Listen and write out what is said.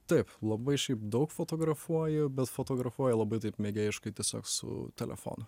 taip labai šiaip daug fotografuoju bet fotografuoju labai taip mėgėjiškai tiesiog su telefonu